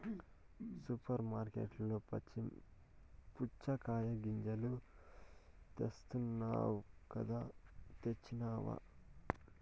super మార్కట్లలో పుచ్చగాయ గింజలు తెస్తానన్నావ్ కదా తెచ్చినావ